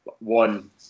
one